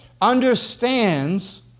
understands